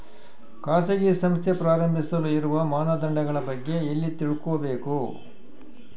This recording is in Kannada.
ಖಾಸಗಿ ಸಂಸ್ಥೆ ಪ್ರಾರಂಭಿಸಲು ಇರುವ ಮಾನದಂಡಗಳ ಬಗ್ಗೆ ಎಲ್ಲಿ ತಿಳ್ಕೊಬೇಕು?